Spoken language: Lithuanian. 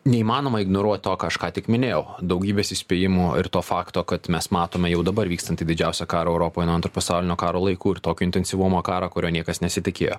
neįmanoma ignoruot to ką aš ką tik minėjau daugybės įspėjimų ir to fakto kad mes matome jau dabar vykstantį didžiausią karo europoj nuo antro pasaulinio karo laikų ir tokio intensyvumo karą kurio niekas nesitikėjo